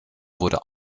wurde